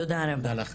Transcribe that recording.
תודה רבה.